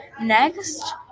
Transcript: next